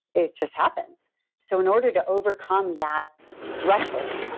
it just happens so, in order to overcome that threshold,